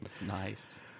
Nice